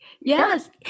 yes